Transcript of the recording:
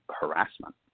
harassment